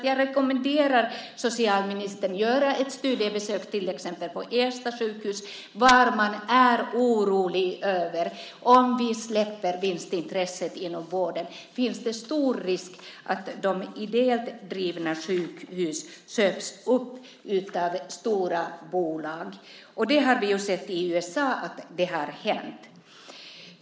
Jag rekommenderar socialministern att göra ett studiebesök på till exempel Ersta sjukhus, där man är orolig för att de ideellt drivna sjukhusen köps upp av stora bolag om man släpper in vinstintresset i vården. Vi har sett att sådant har hänt i USA.